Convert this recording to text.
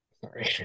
sorry